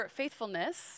faithfulness